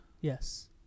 Yes